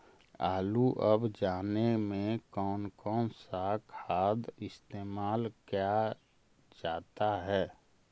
आलू अब जाने में कौन कौन सा खाद इस्तेमाल क्या जाता है?